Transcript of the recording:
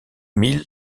mille